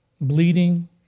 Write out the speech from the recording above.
Bleeding